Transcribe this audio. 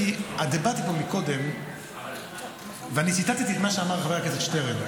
אני דיברתי פה קודם ואני ציטטתי את מה שאמר חבר הכנסת שטרן,